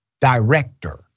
director